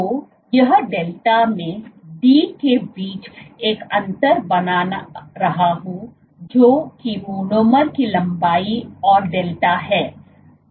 तो यह डेल्टा मैं d के बीच एक अंतर बना रहा हूं जो कि मोनोमर की लंबाई और डेल्टा है